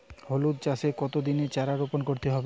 হলুদ চাষে কত দিনের চারা রোপন করতে হবে?